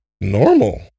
normal